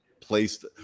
placed